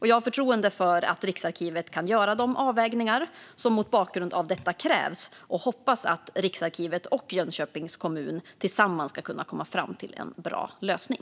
Jag har förtroende för att Riksarkivet kan göra de avvägningar som mot bakgrund av detta krävs och hoppas att Riksarkivet och Jönköpings kommun tillsammans ska kunna komma fram till en bra lösning.